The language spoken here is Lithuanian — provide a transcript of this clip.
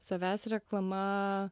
savęs reklama